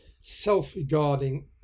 self-regarding